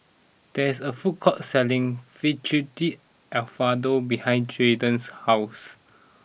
there is a food court selling Fettuccine Alfredo behind Jadon's house